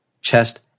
chest